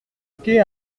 qu’est